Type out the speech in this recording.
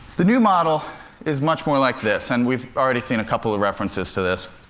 the new model is much more like this, and we've already seen a couple of references to this.